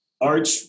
Arch